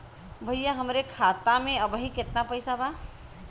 भईया हमरे खाता में अबहीं केतना पैसा बा?